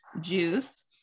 juice